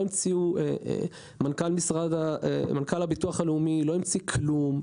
מנכ"ל הביטוח הלאומי לא המציא כלום,